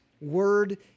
word